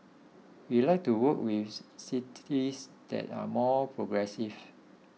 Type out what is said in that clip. we like to work with cities that are more progressive